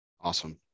Awesome